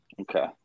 Okay